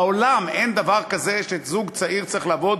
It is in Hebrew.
בעולם אין דבר כזה שזוג צעיר צריך לעבוד